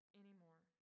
anymore